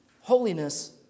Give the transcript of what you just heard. holiness